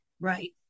Right